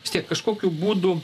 vis tiek kažkokiu būdu